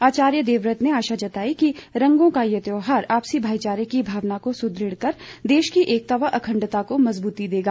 आचार्य देवव्रत ने आशा जताई कि रंगों का ये त्यौहार आपसी भाईचारे की भावना सुदृढ़ कर देश की एकता व अखंडता को मजबूती देगा